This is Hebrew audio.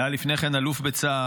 והיה לפני כן אלוף בצה"ל.